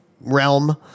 realm